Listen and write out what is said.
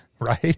Right